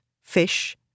fish